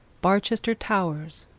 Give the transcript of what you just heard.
barchester towers,